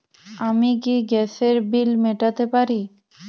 আমি কি গ্যাসের বিল মেটাতে পারি?